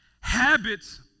Habits